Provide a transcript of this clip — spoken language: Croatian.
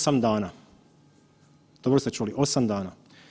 8 dana, dobro ste čuli, 8 dana.